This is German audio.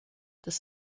das